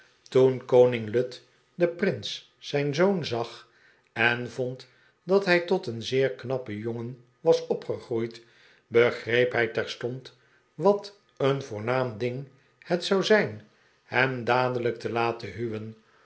toen koning lud den prins zijn zoon zag en vond dat hij tot een zeer knappen jongen was opgegroeid begreep hij terstond wat een voornaam ding het zou zijn hem dadelijk te laten huwen